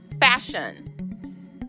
fashion